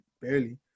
barely